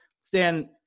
Stan